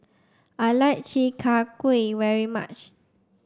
I like Chi Kak Kuih very much